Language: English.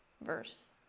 verse